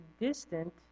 distant